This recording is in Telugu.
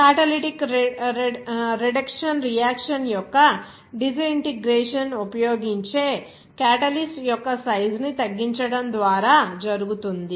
క్యాటలిటిక్ రిడక్షన్ రియాక్షన్ యొక్క డిస్ఇంటెగ్రేషన్ ఉపయోగించే క్యాటలిస్ట్ యొక్క సైజు ని తగ్గించడం ద్వారా జరుగుతుంది